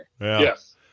yes